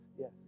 yes